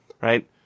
right